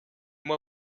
moi